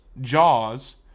Jaws